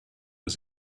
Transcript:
was